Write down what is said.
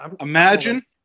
Imagine